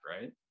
right